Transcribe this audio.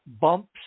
bumps